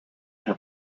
have